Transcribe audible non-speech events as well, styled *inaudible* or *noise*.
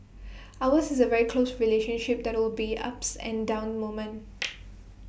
ours is A very close relationship that will be ups and down moments *noise*